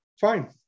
Fine